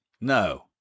no